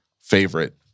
favorite